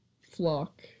flock